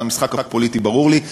המשחק הפוליטי ברור לי,